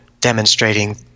demonstrating